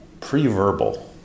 pre-verbal